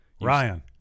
Ryan